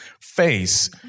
face